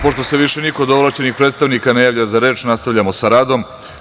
Pošto se više niko od ovlašćenih predstavnika ne javlja za reč, nastavljamo sa radom.